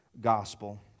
gospel